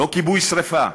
לא כיבוי שרפה,